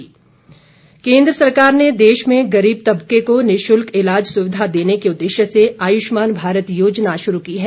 आयुष्मान कांगड़ा केन्द्र सरकार ने देश में गरीब तबके को निशुल्क इलाज सुविधा देने के उद्देश्य से आयुष्मान भारत योजना शुरू की है